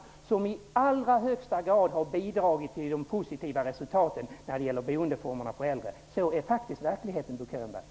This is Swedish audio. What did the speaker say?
De har i allra högsta grad bidragit till de positiva resultaten när det gäller boendeformer för äldre. Så ser faktiskt verkligheten ut, Bo Könberg!